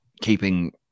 keeping